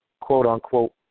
quote-unquote